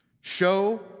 Show